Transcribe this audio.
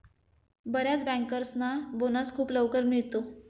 बर्याच बँकर्सना बोनस खूप लवकर मिळतो